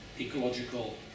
ecological